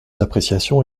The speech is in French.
d’appréciation